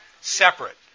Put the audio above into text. Separate